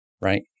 Right